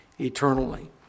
eternally